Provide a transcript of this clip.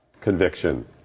conviction